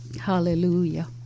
Hallelujah